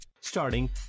Starting